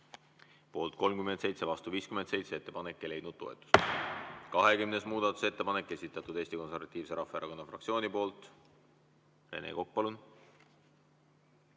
Poolt 37, vastu 57. Ettepanek ei leidnud toetust.20. muudatusettepanek on esitatud Eesti Konservatiivse Rahvaerakonna fraktsiooni poolt. Rene Kokk, palun!